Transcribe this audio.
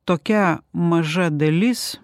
tokia maža dalis